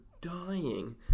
dying